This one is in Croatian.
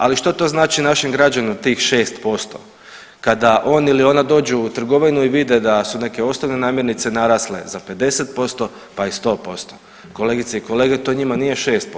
Ali što to znači našim građanima tih 6% kada on ili ona dođu u trgovinu i vide da su neke osnovne namirnice narasle za 50% pa i 100%? kolegice i kolege to njima nije 6%